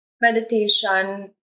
meditation